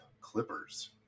Clippers